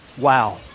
wow